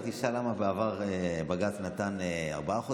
רק תשאל למה בעבר בג"ץ נתן ארבעה חודשים,